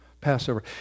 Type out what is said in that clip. Passover